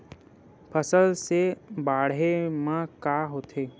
फसल से बाढ़े म का होथे?